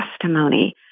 testimony